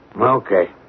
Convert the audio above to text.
Okay